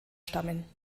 stammen